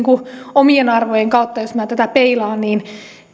omien arvojeni kautta niin